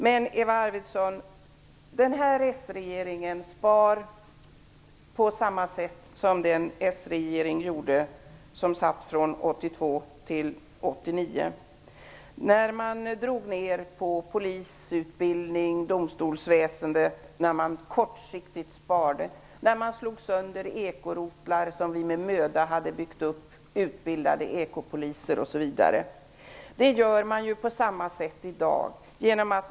Men, Eva Arvidsson, den här s-regeringen sparar på samma sätt som den s-regering gjorde som satt från 1982-1989. Man drog ner på polisutbildningen och domstolsväsendet och sparade kortsiktigt. Man slog sönder ekorotlar som vi med möda hade byggt upp med utbildade ekopoliser osv. På samma sätt gör man i dag.